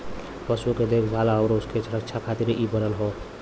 पशु के देखभाल आउर उनके रक्षा खातिर इ बनल हौ